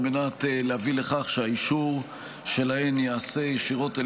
על מנת להביא לכך שהאישור שלהן ייעשה ישירות על